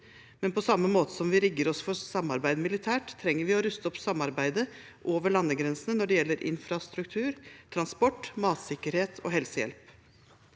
men på samme måte som vi rigger oss for samarbeid militært, trenger vi å ruste opp samarbeidet over landegrensene når det gjelder infrastruktur, transport, matsikkerhet og helsehjelp.